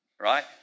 right